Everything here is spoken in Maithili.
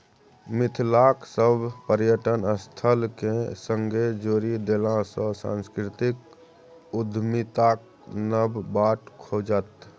मिथिलाक सभ पर्यटन स्थलकेँ एक संगे जोड़ि देलासँ सांस्कृतिक उद्यमिताक नब बाट खुजत